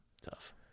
Tough